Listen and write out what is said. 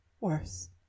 Worse